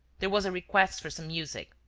there was a request for some music.